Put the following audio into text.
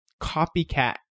copycat